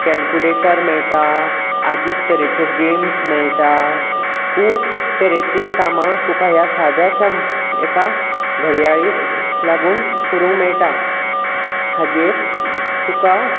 calculator मेळटा आदीक तरेच्यो गॅम्स मेळटा खूब तरेचीं कामां तुका ह्या साद्याशा एका घड्याळीक लागून करूंक मेळटात हाजेर तुका